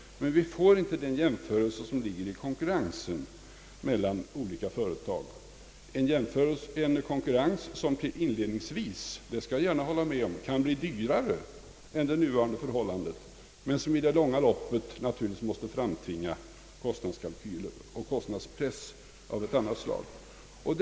Men vi får inte den jämförelse som ligger i konkurrensen mellan olika företag, en konkurrens som inledningsvis — det skall jag gärna hålla med om — kan bli dyrare än det nuvarande förhållandet, men som i det långa loppet naturligtvis måste framtvinga kostnadskalkyler och kostnadspress av ett helt annat slag.